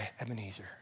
Ebenezer